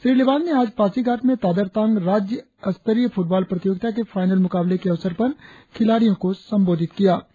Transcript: श्री लिबांग ने आज पासीघाट में तादर तांग राज्य स्तरीय फुटबाल प्रतियोगिता के फाइनल मुकाबले के अवसर पर खिलाड़ियो को संबोधित कर रहे थे